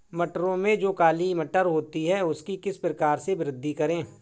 मटरों में जो काली मटर होती है उसकी किस प्रकार से वृद्धि करें?